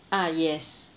ah yes